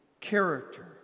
character